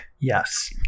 Yes